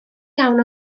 iawn